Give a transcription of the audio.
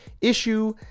issue